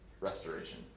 restoration